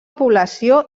població